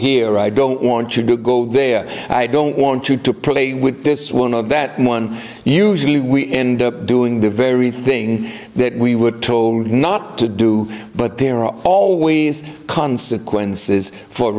here i don't want you to go there i don't want you to play with this one of that one usually we end up doing the very thing that we were told not to do but there are always consequences for